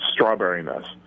strawberryness